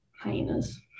hyenas